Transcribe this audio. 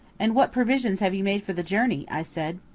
and what provisions have you made for the journey? i said.